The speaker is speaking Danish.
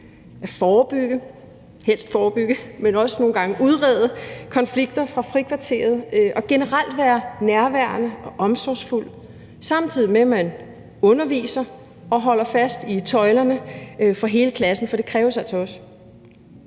forebygge – helst forebygge, men også nogle gange udrede – konflikter i forbindelse med frikvarteret og generelt være nærværende og omsorgsfuld, samtidig med at man underviser og holder fast i tøjlerne for hele klassen, for det kræves altså også,